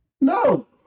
No